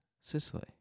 Sicily